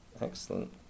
excellent